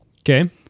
Okay